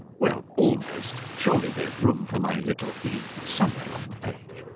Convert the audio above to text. well, almost. surely there's room for my little e somewhere on the page.